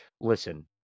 Listen